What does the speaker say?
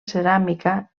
ceràmica